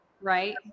Right